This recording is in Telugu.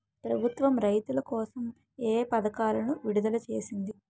ప్రభుత్వం రైతుల కోసం ఏ పథకాలను విడుదల చేసింది?